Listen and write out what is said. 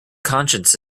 conscience